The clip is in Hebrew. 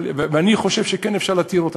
ואני חושב שכן אפשר להתיר אותם.